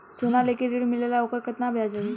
सोना लेके ऋण मिलेला वोकर केतना ब्याज लागी?